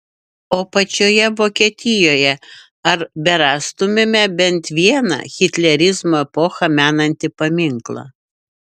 o pačioje vokietijoje ar berastumėme bent vieną hitlerizmo epochą menantį paminklą